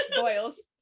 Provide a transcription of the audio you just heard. boils